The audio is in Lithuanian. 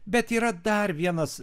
bet yra dar vienas